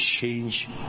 change